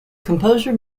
composer